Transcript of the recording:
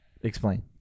Explain